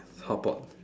hotpot